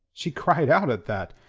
she cried out at that,